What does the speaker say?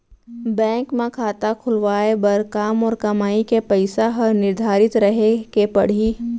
Bank म खाता खुलवाये बर का मोर कमाई के पइसा ह निर्धारित रहे के पड़ही?